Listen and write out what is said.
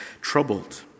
troubled